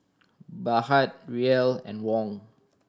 Baht Riel and Won